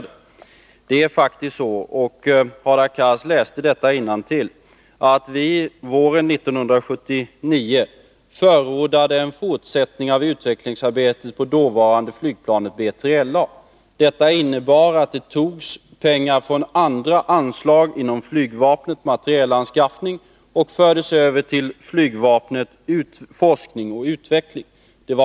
Våren 1979 — och Hadar Cars läste detta innantill — förordade vi faktiskt en fortsättning av utvecklingsarbetet på det dåvarande flygplanet B3LA. Detta innebar att pengar togs från ett annat anslag inom flygvapnet, nämligen anslaget Flygvapenförband: Materielanskaffning, och fördes över till anslaget Flygvapenförband: Forskning och utveckling.